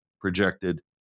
projected